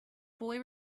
boy